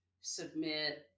submit